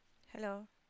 hello